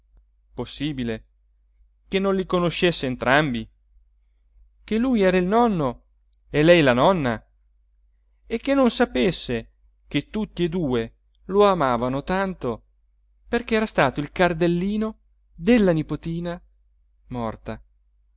lei possibile che non li conoscesse entrambi che lui era il nonno e lei la nonna e che non sapesse che tutti e due lo amavano tanto perché era stato il cardellino della nipotina morta